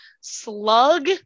slug